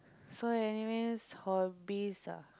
so anyways hobbies